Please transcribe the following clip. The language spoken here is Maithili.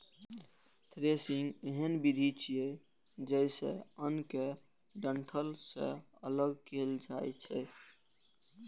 थ्रेसिंग एहन विधि छियै, जइसे अन्न कें डंठल सं अगल कैल जाए छै